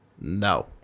no